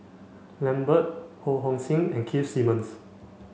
Lambert Ho Hong Sing and Keith Simmons